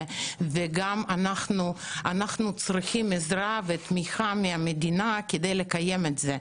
אנחנו צריכים עזרה ותמיכה מהמדינה כדי לקיים את זה.